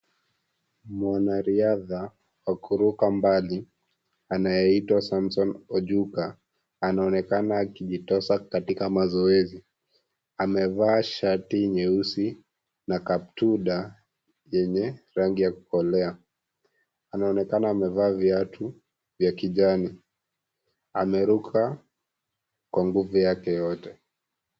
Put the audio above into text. Mwanariadha, wa kuruka mbali, anayeitwa Samson Ojuka, anaonekana akijitosa katika mazoezi, amevaa shati nyeusi, na kaptura yenye rangi ya kukolea, anaonekana amevaa viatu vya kijani, ameruka, kwa nguvu yake yote.